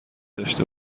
داشته